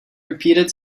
repeated